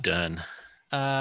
Done